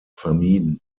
vermieden